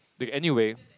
okay anyway